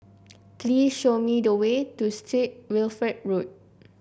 please show me the way to Street Wilfred Road